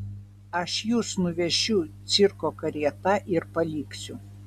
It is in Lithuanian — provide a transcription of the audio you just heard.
aš jus nuvešiu cirko karieta ir paliksiu